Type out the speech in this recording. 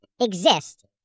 exist